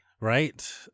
Right